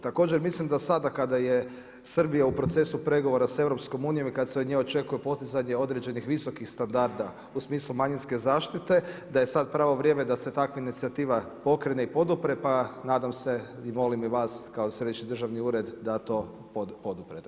Također mislim da sada kada je Srbija u procesu pregovora s EU i kad se od nje očekuje postizanje određenih visokih standarda u smislu manjinske zaštite, da je sad pravo vrijeme da se ta inicijativa pokrene i podupre, pa nadam se i molim i vas kao središnji državni ured da to poduprete.